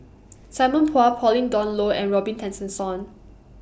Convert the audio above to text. Simon Chua Pauline Dawn Loh and Robin Tessensohn